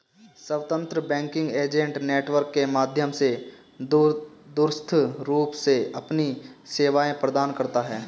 स्वतंत्र banking agent network के माध्यम से दूरस्थ रूप से अपनी सेवाएं प्रदान करता है